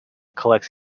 collects